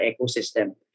ecosystem